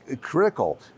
critical